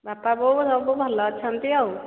ବାପା ବୋଉ ସବୁ ଭଲ ଅଛନ୍ତି ଆଉ